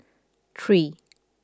three